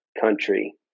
country